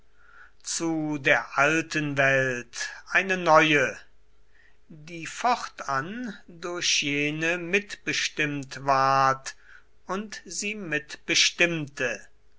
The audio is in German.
zu der alten welt eine neue die fortan durch jene mitbestimmt ward und sie mitbestimmte